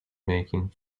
making